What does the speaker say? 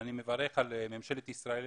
אני מברך את ממשלת ישראל